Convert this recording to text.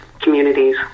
communities